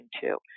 two